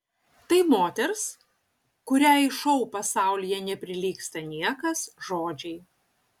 tai moters kuriai šou pasaulyje neprilygsta niekas žodžiai